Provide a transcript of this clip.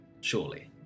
Surely